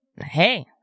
Hey